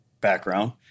background